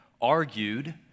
argued